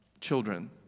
children